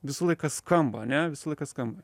visą laiką skamba ane visą laiką skamba